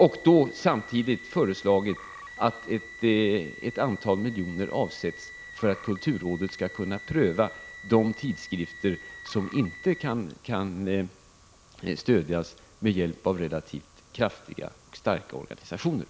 Jag har samtidigt föreslagit att ett antal miljoner avsätts för att kulturrådet skall kunna pröva de tidskrifter som inte kan stödjas av relativt kraftiga och starka organisationer.